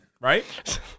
right